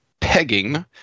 pegging